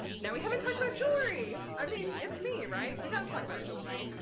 now we haven't talked about jewelry! i mean it's me, right! we've got to talk about jewelry!